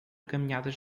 caminhadas